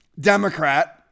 Democrat